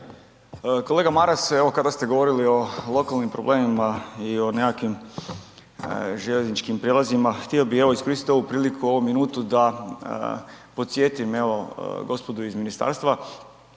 Kolega Maras, evo kada ste govorili o lokalnim problemima i o nekakvim željezničkim prijelazima, htio bi evo iskoristiti ovu priliku, ovu minutu da podsjetim evo gospodu iz ministarstva,